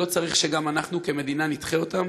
ולא צריך שגם אנחנו כמדינה נדחה אותם.